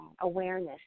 awareness